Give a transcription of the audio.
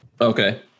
Okay